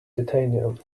titanium